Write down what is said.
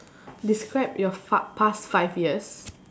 describe your fa~ past five years